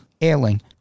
ailing